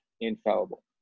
infallible